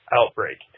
outbreak